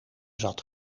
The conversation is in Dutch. zat